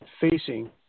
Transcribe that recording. facing